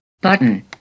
Button